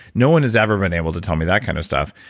no one has ever been able to tell me that kind of stuff,